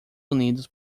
unidos